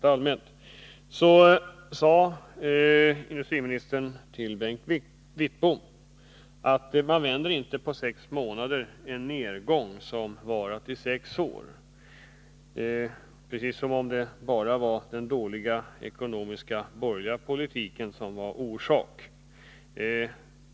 Han sade då till Bengt Wittbom att man inte på sex månader vänder en nedgång som varat i sex år — precis som om det bara var den borgerliga dåliga ekonomiska politiken som var orsaken.